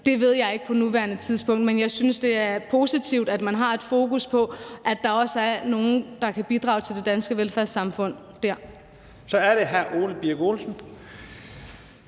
det – ved jeg ikke på nuværende tidspunkt. Men jeg synes, det er positivt, at man har et fokus på, at der også er nogle dér, der kan bidrage til det danske velfærdssamfund. Kl. 11:41 Første næstformand